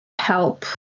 help